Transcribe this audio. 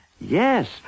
Yes